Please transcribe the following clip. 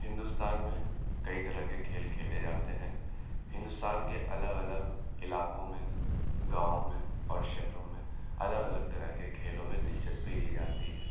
ہندوستان میں کئی طرح کے کھیل کھیلے جاتے ہیں ہندوستان کے الگ الگ علاقوں میں گاؤں میں اور شہروں میں الگ الگ طرح کے کھیلوں میں دلچسپی لی جاتی ہے